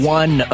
one